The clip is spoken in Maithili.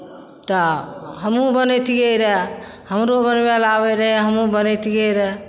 तऽ हमहूँ बनैतियै रहए हमरो बनबै लेल आबै रहए हमहूँ बनैतियै रहए